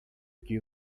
que